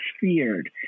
feared